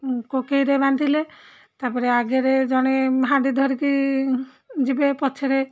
କୋକେଇରେ ବାନ୍ଧିଲେ ତା'ପରେ ଆଗେରେ ଜଣେ ହାଣ୍ଡି ଧରିକି ଯିବେ ପଛରେ